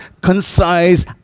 concise